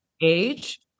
age